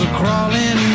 crawling